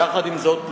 עם זאת,